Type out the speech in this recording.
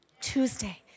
Tuesday